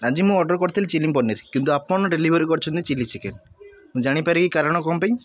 ଆଜି ମୁଁ ଅର୍ଡ଼ର୍ କରିଥିଲି ଚିଲି ପନିର୍ କିନ୍ତୁ ଆପଣ ଡେଲିଭରି କରିଛନ୍ତି ଚିଲି ଚିକେନ୍ ମୁଁ ଜାଣିପାରେ କି କାରଣ କଣ ପାଇଁ